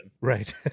Right